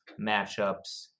matchups